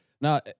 now